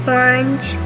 orange